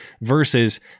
versus